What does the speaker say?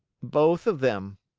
both of them.